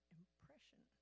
impression